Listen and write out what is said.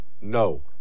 No